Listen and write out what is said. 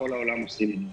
בכל העולם עושים את זה.